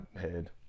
head